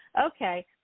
Okay